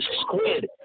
squid